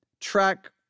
Track